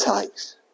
takes